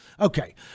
Okay